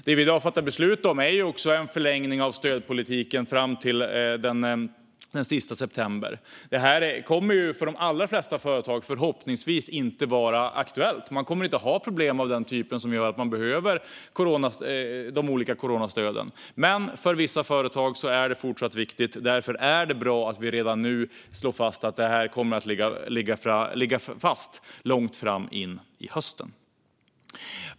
Det vi i dag fattar beslut om innebär också en förlängning av stödpolitiken fram till den sista september. Det här kommer för de allra flesta företag förhoppningsvis inte att vara aktuellt. Man kommer inte att ha problem av den typ som gör att man behöver de olika coronastöden. Men för vissa företag är det fortsatt viktigt. Därför är det bra att vi redan nu slår fast att det här kommer att ligga fast långt in på hösten.